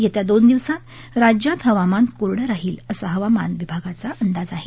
येत्या दोन दिवसांत राज्यात हवामान कोरडं राहील असा हवामान विभागाचा अंदाज आहे